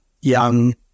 young